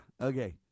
Okay